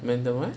manda~ what